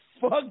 fuck